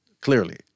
Clearly